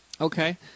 okay